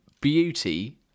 beauty